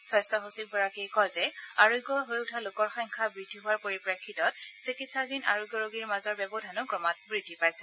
স্বাস্থ্য সচিব গৰাকীয়ে কয় যে আৰোগ্যৰ হৈ উঠা লোকৰ সংখ্যা বৃদ্ধি হোৱাৰ পৰিপ্ৰেক্ষিতত চিকিৎসাধীন আৰোগ্য ৰোগীৰ মাজৰ ব্যৱধানো ক্ৰমাৎ বৃদ্ধি পাইছে